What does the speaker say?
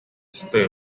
ёстой